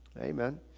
amen